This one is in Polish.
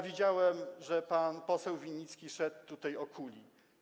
Widziałem, że pan poseł Winnicki szedł tutaj o kuli.